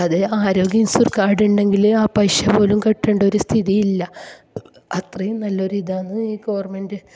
അത് ആരോഗ്യ insurance card ഉണ്ടെങ്കിൽ ആ പൈസ പോലും കെട്ടേണ്ട സ്ഥിതിയില്ല അത്രയും നല്ല ഒരു ഇതാണ് ഈ ഗവർമെൻറ്